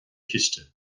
chiste